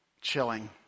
chilling